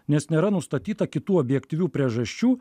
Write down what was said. nes nėra nustatyta kitų objektyvių priežasčių